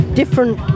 different